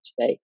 today